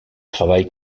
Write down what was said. travaille